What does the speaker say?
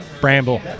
Bramble